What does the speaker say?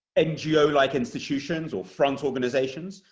ngo-like institutions or front organizations.